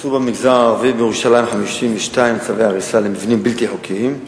הוצאו במגזר הערבי בירושלים 52 צווי הריסה למבנים בלתי חוקיים.